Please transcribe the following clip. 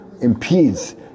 impedes